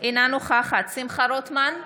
אינה נוכחת שמחה רוטמן,